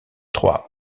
trois